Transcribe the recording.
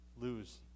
lose